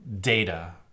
data